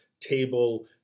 table